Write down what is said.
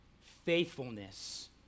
faithfulness